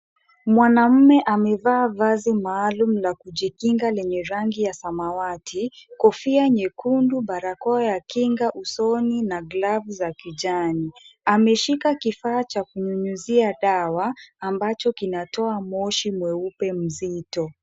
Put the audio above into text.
Mwanaume amevaa vazi maalum la kujikinga lenye rangi ya samawati, kofia nyekundu, barakoa ya kinga usoni na glavu za kijani. Ameshika kifaa cha kunyunyizia dawa, ambacho kinatoa moshi mweupe mzito.